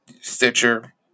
Stitcher